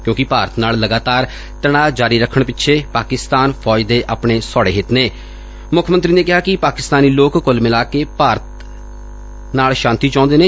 ਕਿਉਂਕਿ ਭਾਰਤ ਨਾਲ ਲਗਾਤਾਰ ਤਣਾਅ ਜਾਰੀ ਰੱਖਣ ਪਿੱਛੇ ਪਾਕਿਸਤਾਨ ਫੌਜ ਦੇ ਆਪਣੇ ਸੌੜੇ ਹਿੱਤ ਨੇ ਮੁੱਖ ਮੰਤਰੀ ਨੇ ਕਿਹਾ ਕਿ ਪਾਕਿਸਤਾਨੀ ਲੋਕ ਕੁੱਲ ਮਿਲਾਕੇ ਭਾਰਤ ਨਾਲ ਸ਼ਾਂਤੀ ਚਾਹੁੰਦੇ ਨੇ